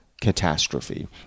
catastrophe